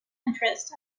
interest